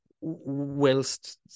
whilst